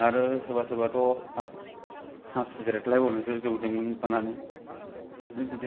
आरो सोरबा सोरबाथ' हासुज्रेदलाय बावदोंसो जौजों लोंफानानै बिदिनो